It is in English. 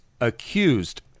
accused